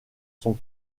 sont